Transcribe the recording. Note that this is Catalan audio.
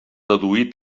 deduir